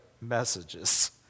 messages